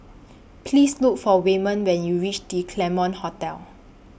Please Look For Wayman when YOU REACH The Claremont Hotel